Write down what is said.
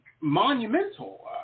monumental